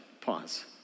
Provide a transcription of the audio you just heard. Pause